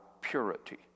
purity